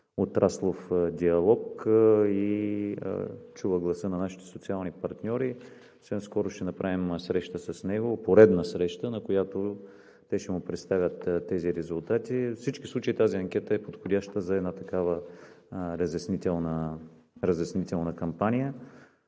отраслов диалог и чува гласа на нашите социални партньори. Съвсем скоро ще направим поредна среща с него, на която те ще му представят тези резултати. Във всички случаи тази анкета е подходяща за една такава разяснителна кампания.